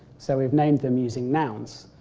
so we have named them using nouns.